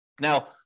Now